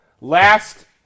last